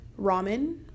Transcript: ramen